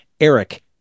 Eric